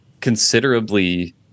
considerably